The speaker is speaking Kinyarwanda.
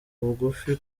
bugufi